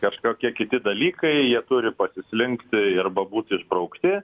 kažkokie kiti dalykai jie turi pasislinkti arba būti išbraukti